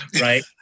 right